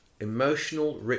emotional